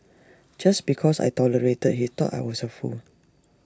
just because I tolerated he thought I was A fool